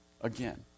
again